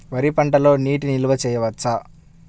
వరి పంటలో నీటి నిల్వ చేయవచ్చా?